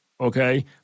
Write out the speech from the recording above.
okay